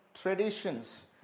traditions